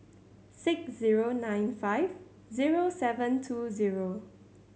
six zero nine five zero seven two zero